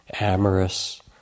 amorous